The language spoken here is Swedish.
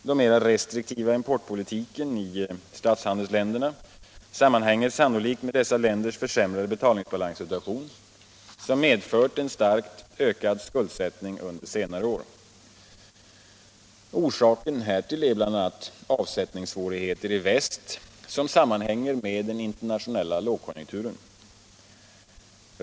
Den mer restriktiva importpolitiken i statshandelsländerna sammanhänger sannolikt med dessa länders försämrade betalningssituation som medfört en starkt ökad skuldsättning under senare år. Orsaken härtill är bl.a. avsättningssvårigheter i väst som sammanhänger med den internationella lågkonjunkturen.